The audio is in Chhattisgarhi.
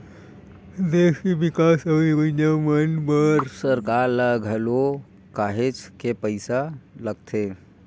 देस के बिकास अउ योजना मन बर सरकार ल घलो काहेच के पइसा लगथे